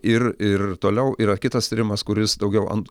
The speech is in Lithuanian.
ir ir toliau yra kitas tyrimas kuris daugiau ant